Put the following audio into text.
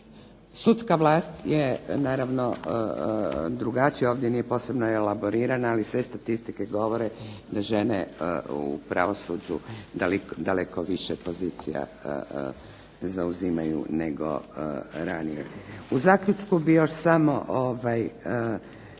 Sudska vlast je naravno drugačija. Ovdje nije posebno elaborirana, ali sve statistike govore da žene u pravosuđu daleko više pozicija zauzimaju nego ranije. U zaključku bih još samo načelno